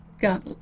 got